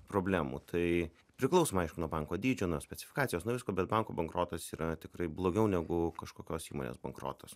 problemų tai priklausoma aišku nuo banko dydžio nuo specifikacijos nuo visko bet banko bankrotas yra tikrai blogiau negu kažkokios įmonės bankrotas